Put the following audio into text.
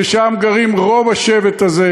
ששם גרים רוב השבט הזה,